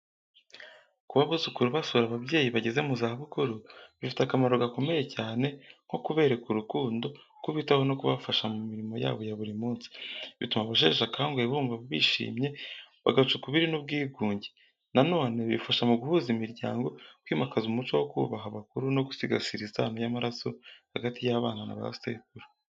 Kuba abuzukuru basura ababyeyi bageze mu zabukuru, bifite akamaro gakomeye cyane nko kubereka urukundo, kubitaho no kubafasha mu mirimo yabo ya buri munsi. Bituma abasheshe akanguhe bumva bishimye, bagaca ukubiri n’ubwigunge. Na none bifasha mu guhuza imiryango, kwimakaza umuco wo kubaha abakuru no gusigasira isano y’amaraso hagati y’abana na ba sekuru.